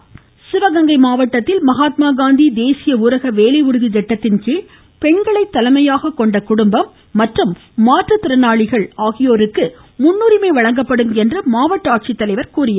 மமமமம இருவரி சிவகங்கை மாவட்டத்தில் மகாத்மா காந்தி தேசிய ஊரக வேலை உறுதி திட்டத்தின்கீழ் பெண்களை தலைமையாக கொண்ட குடும்பம் மாற்றுத்திறனாளிகள் ஆகியோருக்கு முன்னுரிமை வழங்கப்படும் என்று மாவட்ட ஆட்சித்தலைவா் திருமதி